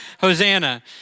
Hosanna